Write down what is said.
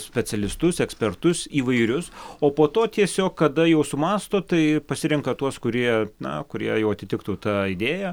specialistus ekspertus įvairius o po to tiesiog kada jau sumąsto tai pasirenka tuos kurie na kurie jau atitiktų tą idėją